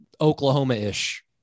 Oklahoma-ish